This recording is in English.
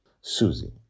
Susie